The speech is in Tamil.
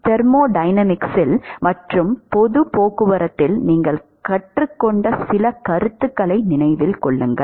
தெர்மோடைனமிக்ஸ் மற்றும் பொது போக்குவரத்தில் நீங்கள் கற்றுக்கொண்ட சில கருத்துகளை நினைவில் கொள்ளுங்கள்